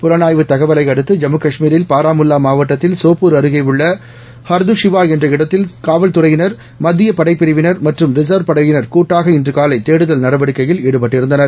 புலனாய்வுத் தகவலை அடுத்து ஜம்மு காஷ்மீரில் பாரமுல்லா மாவட்டத்தில் சோப்பூர் அருகேயுள்ள ஹர்துஷிவா என்ற இடத்தில் சோப்பூர் காவல்துறையினர் மத்தியப் படைப் பிரிவினர் மற்றும் ரிசர்வ் படையினர் கூட்டாக இன்று காலை தேடுதல் நடவடிக்கையில் ஈடுபட்டிருந்தனர்